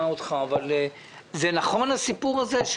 האם נכון הסיפור הזה,